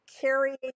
Carrying